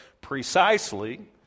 precisely